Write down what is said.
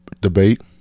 debate